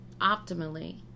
optimally